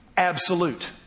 absolute